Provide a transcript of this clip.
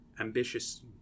ambitious